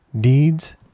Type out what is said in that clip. Deeds